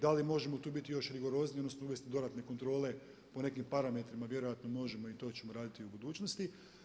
Da li možemo tu biti još rigorozniji odnosno uvesti dodatne kontrole po nekim parametrima vjerojatno možemo i to ćemo raditi u budućnosti.